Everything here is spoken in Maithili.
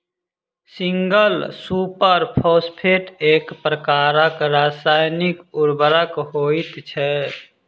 सिंगल सुपर फौसफेट एक प्रकारक रासायनिक उर्वरक होइत छै